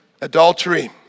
adultery